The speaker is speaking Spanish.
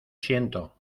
siento